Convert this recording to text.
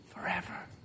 forever